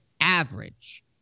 average